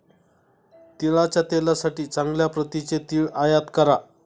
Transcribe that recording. तिळाच्या तेलासाठी चांगल्या प्रतीचे तीळ आयात करा